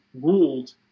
ruled